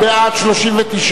שירותים בימי חג ומועד),